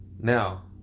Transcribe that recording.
Now